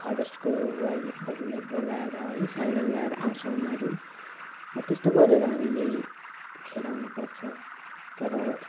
फरेस्टको वाइल्डलाइफहरूलाई बोलाएर है सायरन लगाएर आउँछ उनीहरू त्यस्तो गरेर हामीले खेदाउनुपर्छ तर